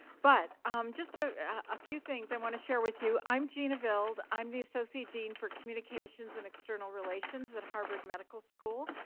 but um just a a few things i want to share with you i'm gina vild. i'm the associate dean for communications and external relations at harvard medical school.